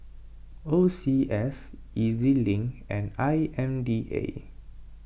O C S E Z Link and I M D A